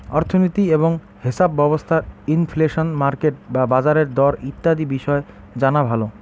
অর্থনীতি এবং হেছাপ ব্যবস্থার ইনফ্লেশন, মার্কেট বা বাজারের দর ইত্যাদি বিষয় জানা ভালো